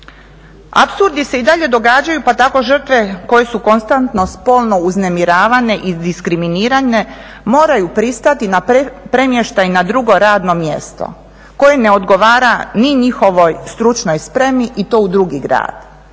Apsurdi se i dalje događaju pa tako žrtve koje su konstantno spolno uznemiravane i diskriminirane moraju pristati na premještaj na drugo radno mjesto koje ne odgovara ni njihovoj stručnoj spremi i to u drugi grad,